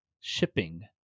shipping